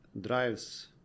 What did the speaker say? drives